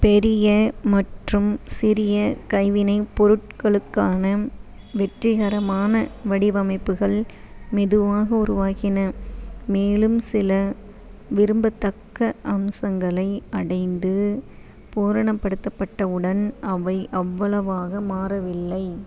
பெரிய மற்றும் சிறிய கைவினைப் பொருட்களுக்கான வெற்றிகரமான வடிவமைப்புகள் மெதுவாக உருவாகின மேலும் சில விரும்பத்தக்க அம்சங்களை அடைந்து பூரணப்படுத்தப்பட்டவுடன் அவை அவ்வளவாக மாறவில்லை